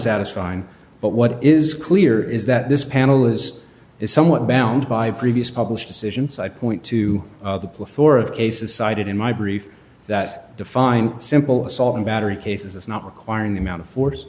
unsatisfying but what is clear is that this panel is is somewhat bound by previous published decisions i point to the plethora of cases cited in my brief that define simple assault and battery cases it's not requiring the amount of force